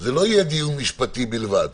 זה לא יהיה דיון משפטי בלבד